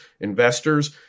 investors